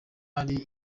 ari